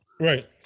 right